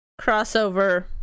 crossover